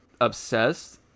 obsessed